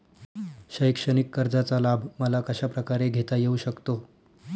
शैक्षणिक कर्जाचा लाभ मला कशाप्रकारे घेता येऊ शकतो?